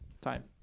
time